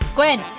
Gwen